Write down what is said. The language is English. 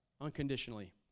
unconditionally